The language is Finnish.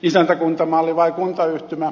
isäntäkuntamalli vai kuntayhtymä